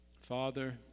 Father